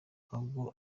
ahubwo